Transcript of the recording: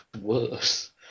worse